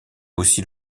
aussi